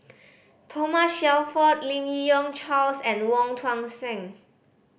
Thomas Shelford Lim Yi Yong Charles and Wong Tuang Seng